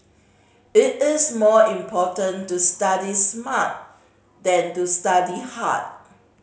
it is more important to study smart than to study hard